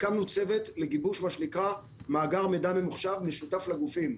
הקמנו צוות לגיבוש מאגר מידע ממוחשב משותף לגופים.